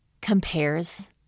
compares